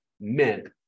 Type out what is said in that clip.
meant